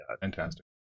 fantastic